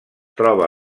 troba